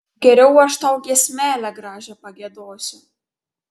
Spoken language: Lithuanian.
geriau aš tau giesmelę gražią pagiedosiu